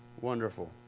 wonderful